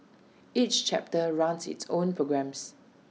each chapter runs its own programmes